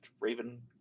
raven